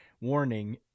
warning